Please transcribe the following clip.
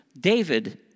David